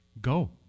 Go